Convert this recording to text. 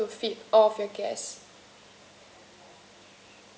ya it should be able to fit all of your guests